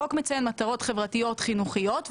החוק מציין מטרות חברתיות חינוכיות,